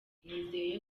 nizeye